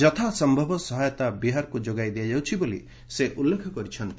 ଯଥା ସମ୍ଭବ ସହାୟତା ବିହାରକୁ ଯୋଗାଇ ଦିଆଯାଉଛି ବୋଲି ସେ ଉଲ୍ଲେଖ କରିଛନ୍ତି